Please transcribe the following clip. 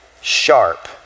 sharp